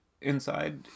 inside